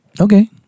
Okay